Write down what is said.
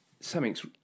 something's